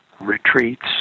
retreats